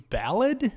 ballad